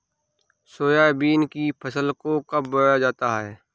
Soybean की फसल को कब बोया जाता है?